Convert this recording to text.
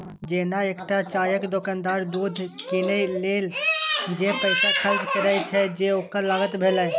जेना एकटा चायक दोकानदार दूध कीनै लेल जे पैसा खर्च करै छै, से ओकर लागत भेलै